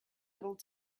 little